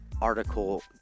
article